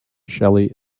shelly